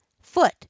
foot